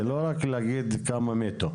זה לא רק לומר כמה מתו.